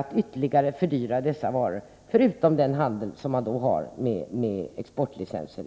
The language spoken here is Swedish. Det är ju i första hand u-länder det rör sig om, eftersom dessa varor är belagda med importlicenser.